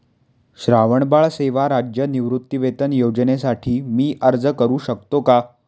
श्रावणबाळ सेवा राज्य निवृत्तीवेतन योजनेसाठी मी अर्ज करू शकतो का?